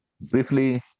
Briefly